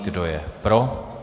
Kdo je pro?